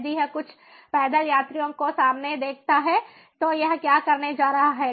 यदि यह कुछ पैदल यात्रियों को सामने देखता है तो यह क्या करने जा रहा है